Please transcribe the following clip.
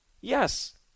yes